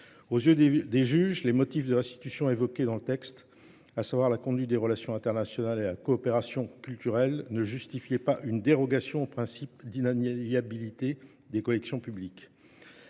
Aux yeux des juges, les motifs de restitution évoqués dans le texte, à savoir la conduite des relations internationales et à coopération culturelle, ne justifiaient pas une dérogation au principe d'inaliabilité des collections publiques.